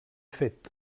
fet